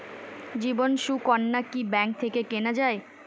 জীবন সুকন্যা কি ব্যাংক থেকে কেনা যায়?